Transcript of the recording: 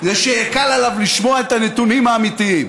כדי שיקל עליו לשמוע את הנתונים האמיתיים.